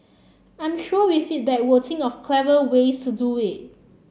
I'm sure with feedback we'll think of clever ways to do it